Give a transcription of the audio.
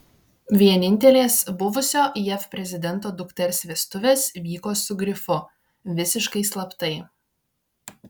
vienintelės buvusio jav prezidento dukters vestuvės vyko su grifu visiškai slaptai